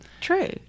True